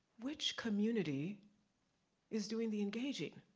which community is doing the engaging?